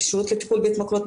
בשירות לטפול בהתמכרויות,